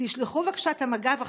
תשלחו בבקשה את מג"ב עכשיו,